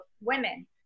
women